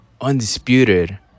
undisputed